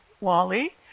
Wally